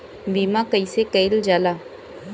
बीमा कइसे कइल जाला?